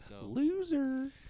loser